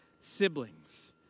siblings